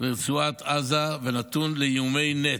לרצועת עזה ונתון לאיומי נ"ט.